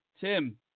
Tim